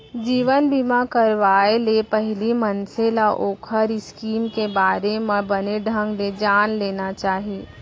जीवन बीमा करवाय ले पहिली मनसे ल ओखर स्कीम के बारे म बने ढंग ले जान लेना चाही